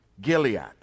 Gilead